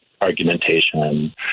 argumentation